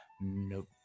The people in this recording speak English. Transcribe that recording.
nope